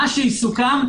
מה שיסוכם,